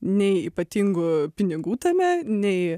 nei ypatingų pinigų tame nei